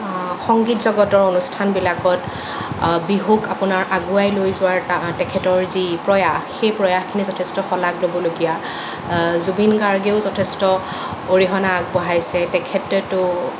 সংগীত জগতৰ অনুষ্ঠানবিলাকত বিহুক আপোনাৰ আগুৱাই লৈ যোৱাৰ তেখেতৰ যি প্ৰয়াস সেই প্ৰয়াসখিনি যথেষ্ট শলাগ ল'বলগীয়া জুবিন গাৰ্গেও যথেষ্ট অৰিহণা আগবঢ়াইছে তেখেতেতো